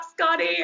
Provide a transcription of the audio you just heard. Scotty